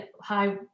high